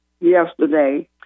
yesterday